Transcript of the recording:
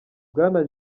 bwana